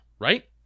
Right